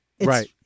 Right